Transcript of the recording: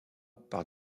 par